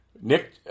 Nick